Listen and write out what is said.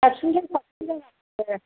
साबसिननिफ्राय साबसिन जागासिनो